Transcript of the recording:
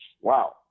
wow